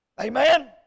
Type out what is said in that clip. Amen